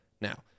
now